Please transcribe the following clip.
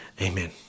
Amen